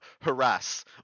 Harass